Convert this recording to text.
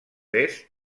est